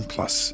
Plus